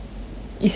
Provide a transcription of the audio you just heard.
一下子